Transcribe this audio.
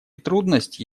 трудности